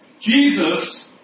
Jesus